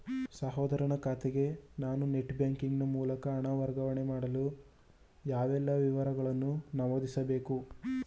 ಸಹೋದರನ ಖಾತೆಗೆ ನಾನು ನೆಟ್ ಬ್ಯಾಂಕಿನ ಮೂಲಕ ಹಣ ವರ್ಗಾವಣೆ ಮಾಡಲು ಯಾವೆಲ್ಲ ವಿವರಗಳನ್ನು ನಮೂದಿಸಬೇಕು?